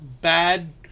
bad